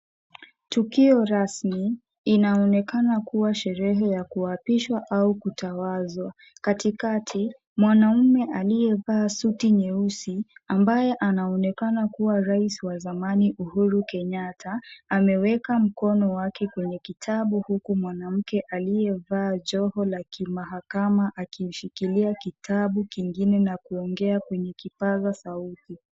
Tukio rasmi inaonekana kuwa sherehe ya kuapishwa au kutawazwa. Katikati, mwanaume aliyevaa suti nyeusi ambaye anaonekana kuwa rais wa zamani Uhuru Kenyatta. Ameweka mkono wake kwenye kitabu huku mwanamke aliyevaa joho la kimahakama akimshikilia kitabu kingine na kuongea kwenye kipaza sauti.